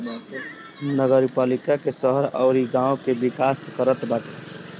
नगरपालिका शहर अउरी गांव के विकास करत बाटे